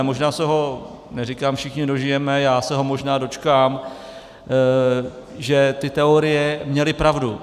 Možná se ho neříkám všichni dožijeme, já se ho možná dočkám, že ty teorie měly pravdu.